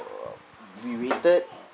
uh we waited